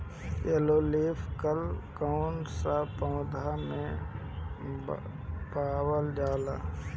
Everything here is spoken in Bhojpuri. येलो लीफ कल कौन सा पौधा में पावल जाला?